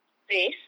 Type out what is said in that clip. race